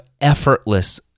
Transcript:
effortless